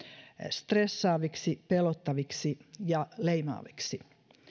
stressaaviksi pelottaviksi ja leimaaviksi